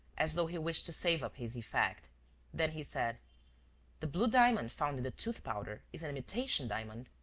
as though he wished to save up his effect. then he said the blue diamond found in the tooth-powder is an imitation diamond.